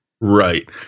right